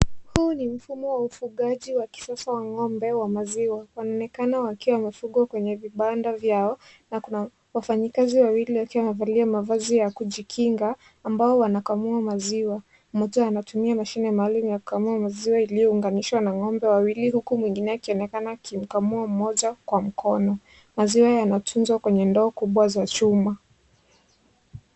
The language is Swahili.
Huu ni mfumo wa kisasa wa ufugaji wa ng'ombe wa maziwa. Wanaonekana wakiwa wamefugwa kwenye vibanda vyao, na kuna wafanyi kazi wawili waliovalia mavazi ya kujikinga, ambao wanakamua maziwa. Mmoja anatumia mashine maalum ya kukamua maziwa iliyounganishwa na ng'ombe wawili, huku mwingine anaonekana akimukamua mmoja kwa mkono. Maziwa yanatunzwa kwenye ndoo kubwa za chuma.